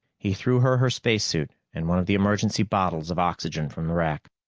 he threw her her spacesuit and one of the emergency bottles of oxygen from the rack.